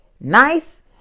Nice